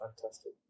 fantastic